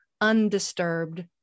undisturbed